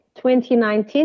2019